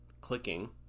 clicking